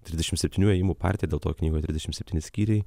trisdešimt septynių ėjimų partiją dėl to knygoj trisdešimt septyni skyriai